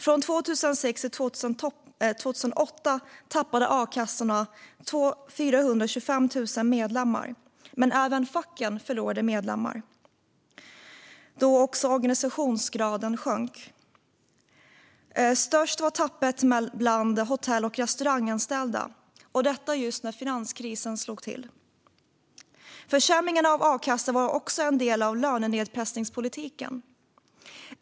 Från 2006 till 2008 tappade a-kassorna 425 000 medlemmar. Men även facken förlorade medlemmar då också organisationsgraden sjönk. Störst var tappet bland hotell och restauranganställda, och detta just när finanskrisen slog till. Försämringen av a-kassan var också en del av lönenedpressningspolitiken.